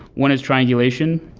one as triangulation,